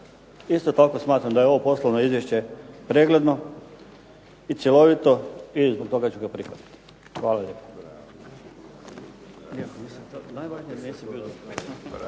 Isto tako smatram da je ovo poslovno izvješće pregledno i cjelovito i zbog toga ću ga prihvatiti. Hvala lijepo.